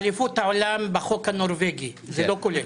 אליפות העולם בחוק הנורבגי זה לא כולל.